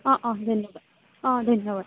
অঁ অঁ ধন্যবাদ অঁ ধন্যবাদ